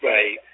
Right